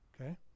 Okay